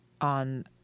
on